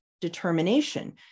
determination